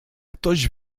ktoś